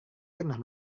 pernah